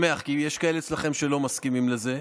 אני שמח, כי יש כאלה אצלכם שלא מסכימים לזה.